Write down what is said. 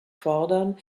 fordern